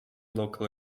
local